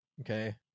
Okay